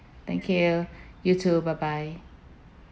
thank you you too bye bye